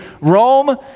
Rome